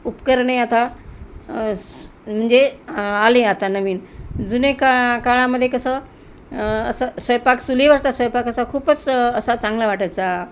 उपकरणे आता म्हणजे आले आता नवीन जुने का काळामध्ये कसं असं स्वयंपाक चुलीवरचा स्वयंपाक असा खूपच असा चांगला वाटायचा